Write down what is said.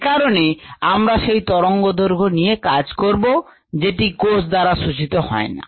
এ কারণে আমরা সেই তরঙ্গদৈর্ঘ্য নিয়ে কাজ করব যেটি কোষ দ্বারা শোষিত হয় না